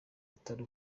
atari